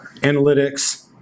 analytics